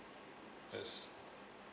yes